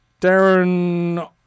Darren